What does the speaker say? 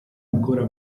ancora